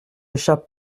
échappe